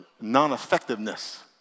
non-effectiveness